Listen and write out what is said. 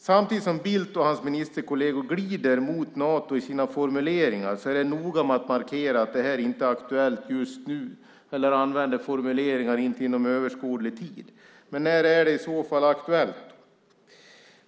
Samtidigt som Bildt och hans ministerkolleger glider mot Nato i sina formuleringar är de noga med att markera att detta inte är aktuellt just nu eller använder formuleringar som "inte inom överskådlig tid". När är det i så fall aktuellt?